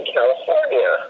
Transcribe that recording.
California